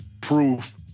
proof